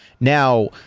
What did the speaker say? now